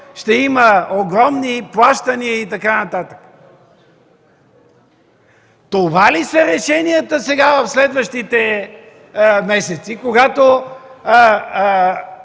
ще има огромни плащания и така нататък. Това ли са решенията сега, в следващите месеци, когато